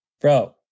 bro